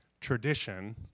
tradition